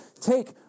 take